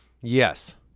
Yes